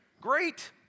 Great